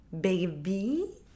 Baby